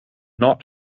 not